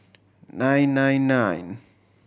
nine nine nine